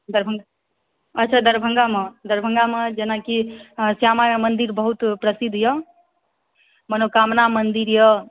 दरभङ्गा अच्छा दरभङ्गामे दरभङ्गामे जेनाकि अऽ श्यामा माइ मन्दिर बहुत प्रसिद्ध यऽ मनोकामना मन्दिर यऽ